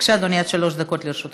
בבקשה, אדוני, עד שלוש דקות לרשותך.